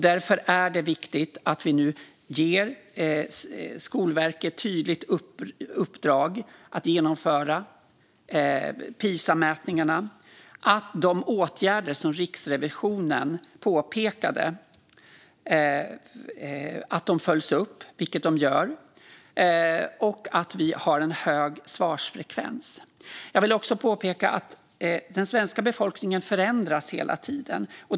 Därför är det viktigt att Skolverket får ett tydligt uppdrag att genomföra Pisamätningarna. De åtgärder som Riksrevisionen pekade på ska följas upp. Vidare ska det vara en hög svarsfrekvens. Jag vill också påpeka att den svenska befolkningen förändras hela tiden.